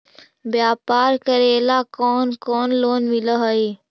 व्यापार करेला कौन कौन लोन मिल हइ?